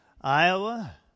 Iowa